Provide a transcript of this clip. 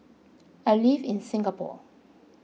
I live in Singapore